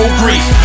grief